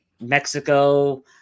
Mexico